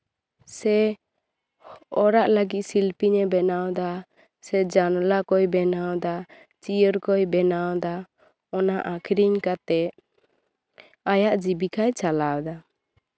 ᱥᱮ ᱚᱲᱟᱜ ᱞᱟᱹᱜᱤᱫ ᱥᱤᱞᱯᱤᱧ ᱮ ᱵᱮᱱᱟᱣᱫᱟ ᱥᱮ ᱡᱟᱱᱟᱞᱟ ᱠᱚᱭ ᱵᱮᱱᱟᱣᱫᱟ ᱡᱤᱭᱟᱹᱲ ᱠᱚᱭ ᱵᱮᱱᱟᱣᱫᱟ ᱚᱱᱟ ᱟᱠᱷᱨᱤᱧ ᱠᱟᱛᱮᱜ ᱟᱭᱟᱜ ᱡᱤᱵᱤᱠᱟᱭ ᱪᱟᱞᱟᱣ ᱮᱫᱟ